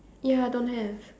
ya don't have